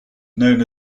known